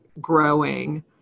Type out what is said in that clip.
growing